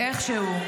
-- ואיכשהו,